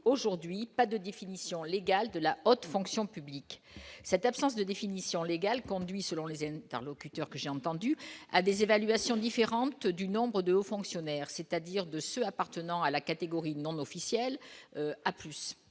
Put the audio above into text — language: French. aujourd'hui, pas de définition légale de la haute fonction publique cette absence de définition légale conduit selon les interlocuteurs que j'ai entendu à des évaluations différentes du nombre de hauts fonctionnaires, c'est-à-dire de ceux appartenant à la catégorie non officielle à plus